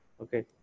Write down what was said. Okay